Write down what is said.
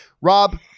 Rob